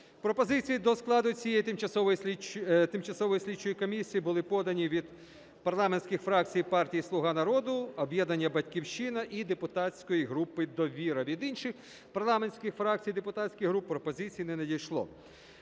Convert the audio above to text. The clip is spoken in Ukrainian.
Пропозиції до складу цієї тимчасової слідчої комісії були подані від парламентських фракцій партії "Слуга народу", об'єднання "Батьківщина" і депутатської групи "Довіра". Від інших парламентських фракцій і депутатських груп пропозицій не надійшло.